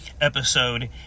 episode